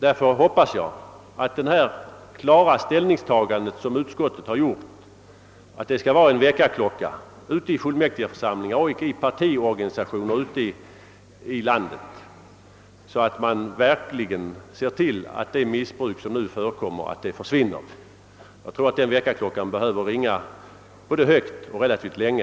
Därför hoppas jag att utskottets klara ställningstagande skall bli en väckarklocka för fullmäktigeförsamlingar och partiorganisationer här i landet, så att det missbruk som nu förekommer verkligen försvinner. Jag tror att den väckarklockan behöver ringa både högt och relativt länge.